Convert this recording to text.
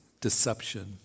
deception